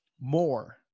more